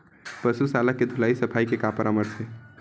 पशु शाला के धुलाई सफाई के का परामर्श हे?